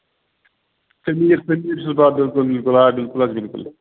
سمیٖر سمیٖر چھُس آ بِلکُل بِلکُل آ بِلکُل حظ بِلکُل حظ